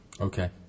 Okay